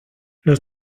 los